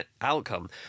outcome